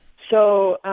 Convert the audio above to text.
so